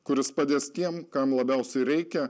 kuris padės tiem kam labiausiai reikia